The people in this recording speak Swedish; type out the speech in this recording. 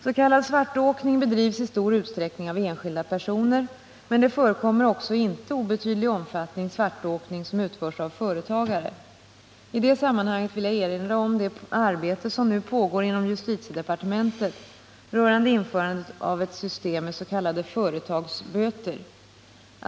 S. k. svartåkning bedrivs i stor utsträckning av enskilda personer, men det förekommer också i inte obetydlig omfattning svartåkning som utförs av företagare. I det sammanhanget vill jag erinra om det arbete som nu pågår inom justitiedepartementet rörande införandet av ett system med s.k. företagsböter.